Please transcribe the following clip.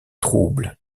troubles